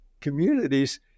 communities